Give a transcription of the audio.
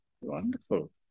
Wonderful